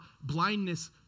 blindness